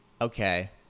Okay